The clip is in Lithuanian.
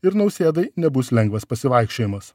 ir nausėdai nebus lengvas pasivaikščiojimas